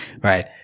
right